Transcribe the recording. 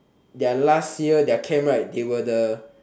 their last year their camp right they were the